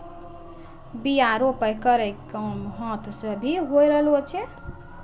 बीया रोपै केरो काम हाथ सें भी होय रहलो छै